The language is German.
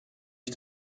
ich